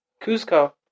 Cusco